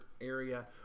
area